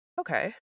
Okay